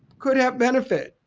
could have benefit.